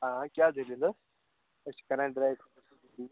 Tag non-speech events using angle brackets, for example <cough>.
آ کیٛاہ دلیٖل ٲس أسۍ چھِ کران ڈٕرے <unintelligible>